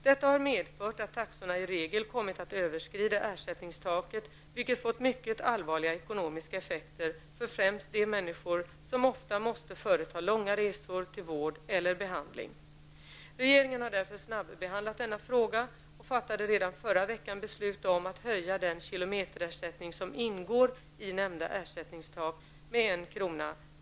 Detta har medfört att taxorna i regel kommit att överskrida ersättningstaket, vilket fått mycket allvarliga ekonomiska effekter för främst de människor som ofta måste företa långa resor till vård eller behandling. Regeringen har därför snabbehandlat denna fråga och fattade redan förra veckan beslut om att höja den kilometerersättning som ingår i nämnda ersättningstak med 1 kr.